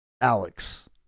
Alex